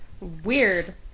Weird